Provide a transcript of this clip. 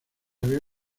había